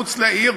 מחוץ לעיר,